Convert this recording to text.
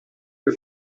del